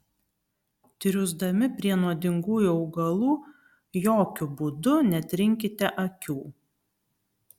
triūsdami prie nuodingųjų augalų jokiu būdu netrinkite akių